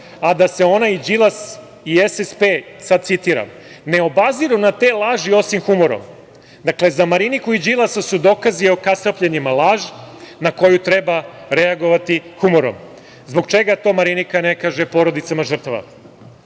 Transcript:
a da se ona i Đilas i SSP, citiram: "Ne obaziru na te laži, osim humorom". Dakle, za Mariniku i Đilasa su dokazi o kasapljenjima laž, na koju treba reagovati humorom. Zbog čega to Marinika ne kaže porodicama